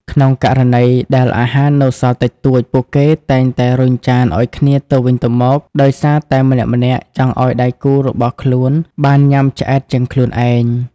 ក្នុងករណីដែលអាហារនៅសល់តិចតួច ពួកគេតែងតែរុញចានឱ្យគ្នាទៅវិញទៅមក ដោយសារតែម្នាក់ៗចង់ឱ្យដៃគូរបស់ខ្លួនបានឆ្អែតជាងខ្លួនឯង។